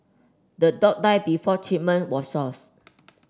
the dog died before treatment was sought